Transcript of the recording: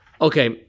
Okay